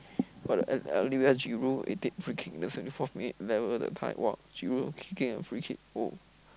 for the O~ Olivier-Giroud he take free kick in the seventy-fourth minute level the tie !wah! Giroud kicking a free-kick oh